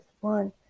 one